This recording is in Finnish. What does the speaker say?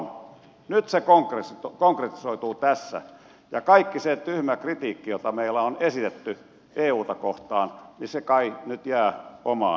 nyt se konkretisoituu tässä ja kaikki se tyhmä kritiikki jota meillä on esitetty euta kohtaan kai nyt jää omaan arvoonsa